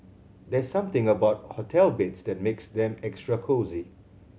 there's something about hotel beds that makes them extra cosy